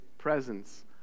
presence